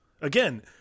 Again